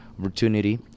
opportunity